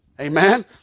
amen